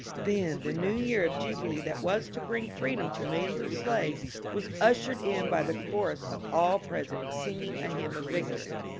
then the new year of jubilee that was to bring freedom to millions of slaves was ushered in by the chorus of all present singing a hymn of victory.